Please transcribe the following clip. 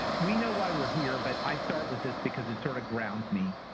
we know why we're here. but i start with this because it sort of grounds me.